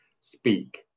speak